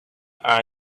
her